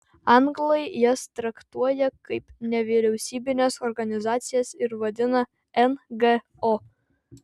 anglai jas traktuoja kaip nevyriausybines organizacijas ir vadina ngo